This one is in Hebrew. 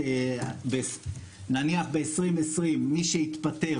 נניח ב-2020 מי שהתפטר,